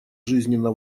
жизненно